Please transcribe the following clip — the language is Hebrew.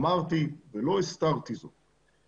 אמרתי, ולא הסתרתי זאת.